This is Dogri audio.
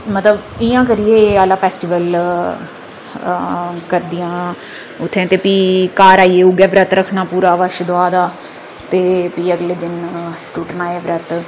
मतलब इ'यां करियै एह् आह्ला फैस्टीवल करदियां उत्थै ते भी घर आइयै उ'ऐ बरत रक्खना पूरा बच्छदुआ दा ते भी अगले दिन